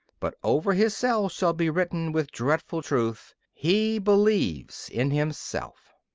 but over his cell shall be written, with dreadful truth, he believes in himself.